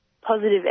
positive